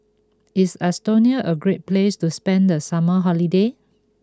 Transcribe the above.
is Estonia a great place to spend the summer holiday